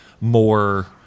more